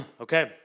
Okay